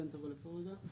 לשבת.